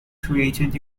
created